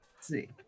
See